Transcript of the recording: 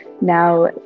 Now